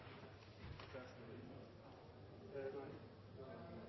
Der står